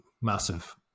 massive